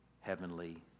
heavenly